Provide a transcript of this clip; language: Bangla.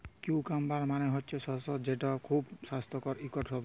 কিউকাম্বার মালে হছে শসা যেট খুব স্বাস্থ্যকর ইকট সবজি